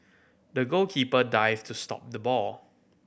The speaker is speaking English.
the goalkeeper dived to stop the ball